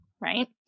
right